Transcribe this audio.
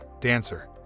dancer